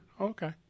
Okay